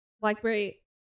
blackberry